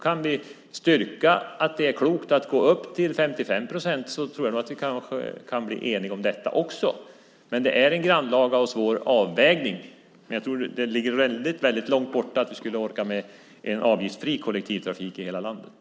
Kan vi styrka att det är klokt att gå upp till 55 procent tror jag att vi kanske kan bli eniga om detta också, men det är en grannlaga och svår avvägning. Jag tror att det ligger väldigt långt borta att vi skulle orka med att ha en avgiftsfri kollektivtrafik i hela landet.